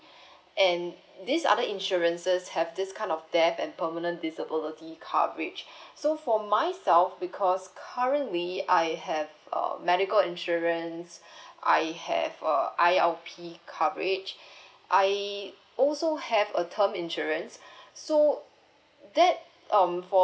and this other insurances have this kind of death and permanent disability coverage so for myself because currently I have uh medical insurance I have a I_R_P coverage I also have a term insurance so that um fo~